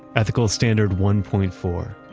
ethical standard one point four,